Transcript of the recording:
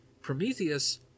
Prometheus